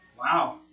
Wow